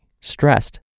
stressed